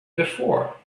before